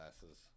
glasses